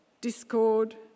discord